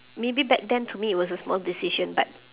maybe back then to me it was a small decision but